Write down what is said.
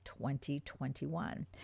2021